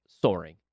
soaring